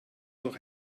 durch